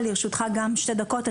לרשותך גם שתי דקות.